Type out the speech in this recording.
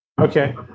Okay